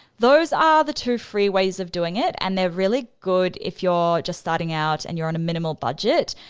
those are the two free ways of doing it and they're really good if you're just starting out and you're on a minimal budget,